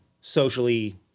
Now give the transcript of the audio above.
socially